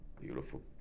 beautiful